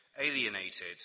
alienated